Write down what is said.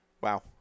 Wow